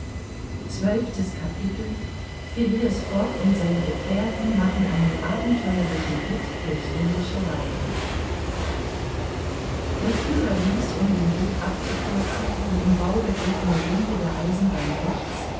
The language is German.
und seine gefährten machen einen abenteuerlichen ritt durch indische waldung der führer ließ um den weg abzukürzen die im bau begriffene linie der eisenbahn rechts